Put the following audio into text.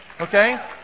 Okay